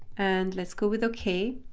and let's go with ok.